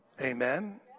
Amen